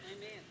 Amen